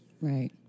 Right